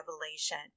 Revelation